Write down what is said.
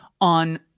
On